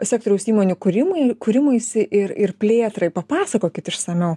sektoriaus įmonių kūrimui kūrimuisi ir ir plėtrai papasakokit išsamiau